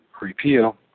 repeal